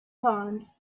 times